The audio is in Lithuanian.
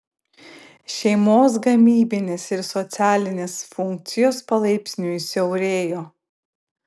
šeimos gamybinės ir socialinės funkcijos palaipsniui siaurėjo